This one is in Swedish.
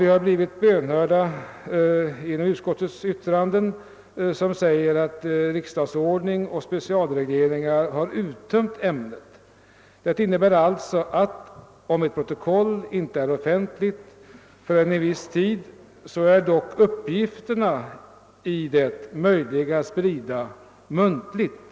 Vi har också blivit bönhörda genom utskottets yttrande, där det heter att riksdagsordning och speciella lagbestämmelser bör innefatta en uttömmande reglering i detta ämne. Det innebär att det, även om ett protokoll inte är offentligt förrän vid en viss tidpunkt, ändock är möjligt att muntligt sprida uppgifterna i detta.